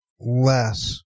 less